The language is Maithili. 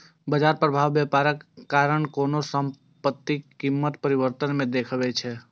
बाजार प्रभाव व्यापारक कारण कोनो परिसंपत्तिक कीमत परिवर्तन मे देखबै छै